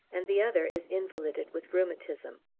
and the other is invalided with rheumatism.